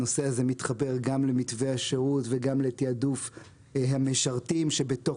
הנושא הזה מתחבר גם למתווה השירות וגם לתיעדוף המשרתים כשבתוך